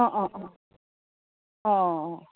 অঁ অঁ অঁ অঁ অঁ অঁ